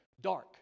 dark